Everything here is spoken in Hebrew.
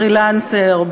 פרילנסר,